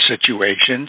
situations